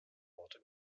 worte